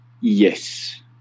Yes